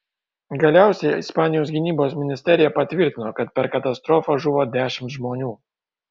galiausiai ispanijos gynybos ministerija patvirtino kad per katastrofą žuvo dešimt žmonių